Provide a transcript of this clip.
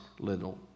little